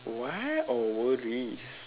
what oh worries